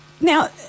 Now